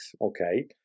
okay